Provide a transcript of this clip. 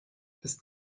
des